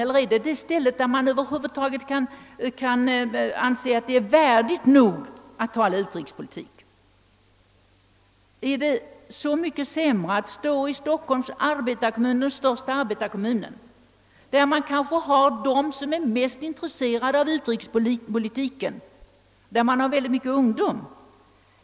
Är det kanske de enda sammanhang som över huvud taget kan anses värdiga nog att tala utrikespolitik i? är det så mycket sämre att stå i Stockholms Arbetarekommun — den största arbetarkommunen — där man kan möta dem som är mest intresserade av utrikespolitik, framför allt en stor mängd ungdom?